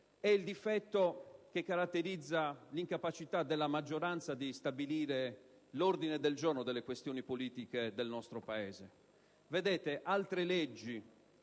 è il difetto che rivela l'incapacità della maggioranza di stabilire l'ordine del giorno delle questioni politiche del nostro Paese. Altre leggi,